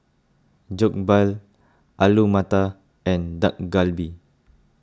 Jokbal Alu Matar and Dak Galbi